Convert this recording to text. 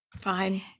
Fine